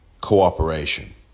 cooperation